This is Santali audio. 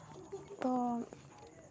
ᱛᱚ